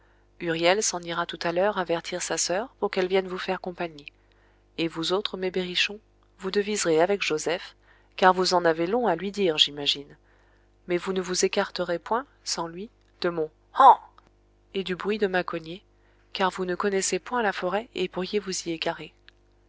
huriel s'en ira tout à l'heure avertir sa soeur pour qu'elle vienne vous faire compagnie et vous autres mes berrichons vous deviserez avec joseph car vous en avez long à lui dire j'imagine mais vous ne vous écarterez point sans lui de mon han et du bruit de ma cognée car vous ne connaissez point la forêt et pourriez vous y égarer